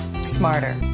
Smarter